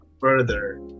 further